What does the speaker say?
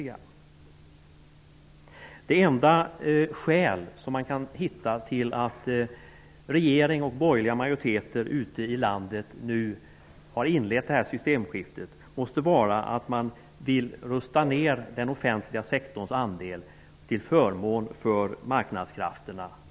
Det enda skäl som man kan finna till att regering och borgerliga majoriteter ute i landet nu har inlett detta systemskifte är att man vill minska den offentliga sektorns andel och i stället ge spelutrymme för marknadskrafterna.